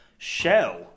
shell